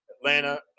Atlanta